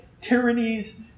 tyrannies